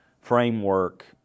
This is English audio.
framework